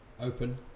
open